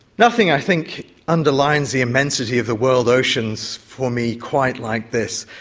nothing i think underlines the immensity of the world oceans for me quite like this,